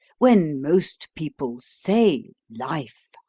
when most people say life,